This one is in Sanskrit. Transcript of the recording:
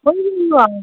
बहिहि वा